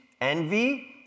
envy